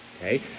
Okay